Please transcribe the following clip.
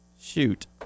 Shoot